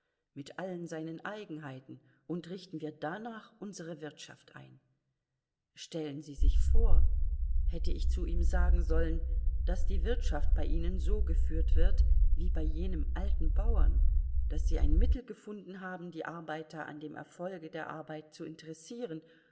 mit allen seinen eigenheiten und richten wir danach unsere wirtschaft ein stellen sie sich vor hätte ich zu ihm sagen sollen daß die wirtschaft bei ihnen so geführt wird wie bei jenem alten bauern daß sie ein mittel gefunden haben die arbeiter an dem erfolge der arbeit zu interessieren